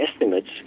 estimates